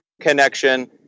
connection